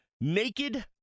naked